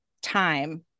time